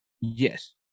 Yes